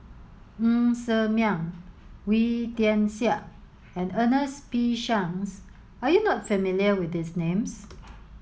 Ng Ser Miang Wee Tian Siak and Ernest P Shanks are you not familiar with these names